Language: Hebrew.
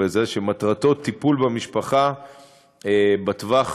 שמטרתו טיפול במשפחה בטווח